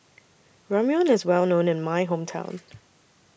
Ramyeon IS Well known in My Hometown